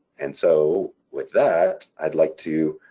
and so with that i'd like to